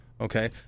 Okay